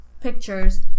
pictures